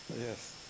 Yes